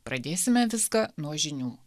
pradėsime viską nuo žinių